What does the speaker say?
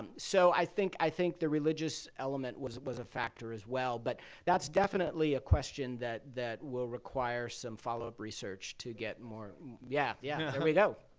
and so i think i think the religious element was was a factor as well, but that's definitely a question that that will require some follow-up research to get more yeah yeah there we go.